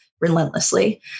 relentlessly